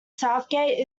southgate